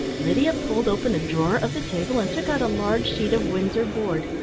lydia pulled open a drawer of the table and took out a large sheet of windsor board.